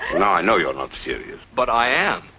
now i know you're not serious. but i am.